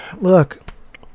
look